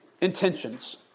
intentions